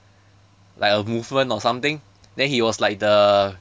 like a movement or something then he was like the